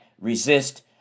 resist